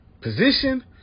position